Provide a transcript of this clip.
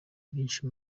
benshi